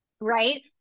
right